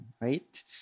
right